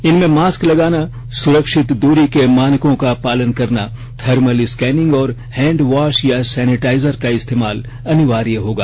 इनमें मास्क लगाना सुरक्षित दूरी के मानकों का पालन करना थर्मल स्कैनिंग और हैंडवॉश या सैनिटाइजर का इस्तेमाल अनिवार्य होगा